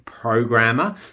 programmer